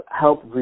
help